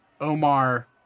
Omar